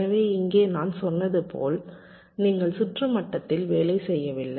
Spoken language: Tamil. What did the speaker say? எனவே இங்கே நான் சொன்னது போல் நாங்கள் சுற்று மட்டத்தில் வேலை செய்யவில்லை